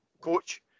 coach